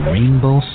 Rainbow